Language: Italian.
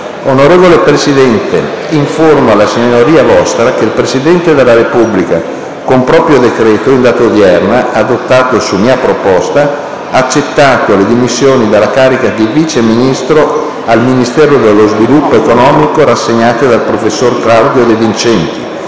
Onorevole Presidente, informo la S.V. che il Presidente della Repubblica, con proprio decreto in data odierna, adottato su mia proposta, ha accettato le dimissioni dalla carica di Vice Ministro al Ministero dello sviluppo economico rassegnate dal prof. Claudio DE VINCENTI